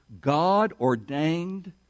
god-ordained